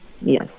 Yes